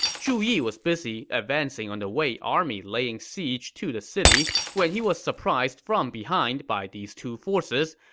zhu yi was busy advancing on the wei army laying siege to the city when he was surprised from behind by these two forces,